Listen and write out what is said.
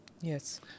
Yes